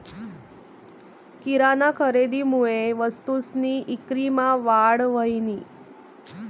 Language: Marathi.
किराना खरेदीमुये वस्तूसनी ईक्रीमा वाढ व्हयनी